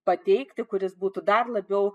pateikti kuris būtų dar labiau